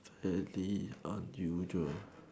that is unusual